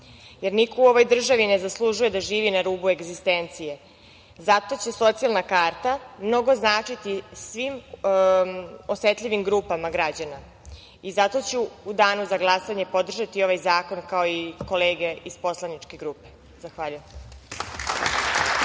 jer niko u državi ne zaslužuje da živi na rubu egzistencije. Zato će socijalna karta mnogo značiti svim osetljivim grupama građana. Zato ću u Danu za glasanje podržati ovaj zakon, kao i kolege iz poslaničke grupe. Zahvaljujem.